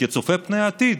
צופים פני עתיד,